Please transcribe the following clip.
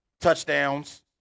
touchdowns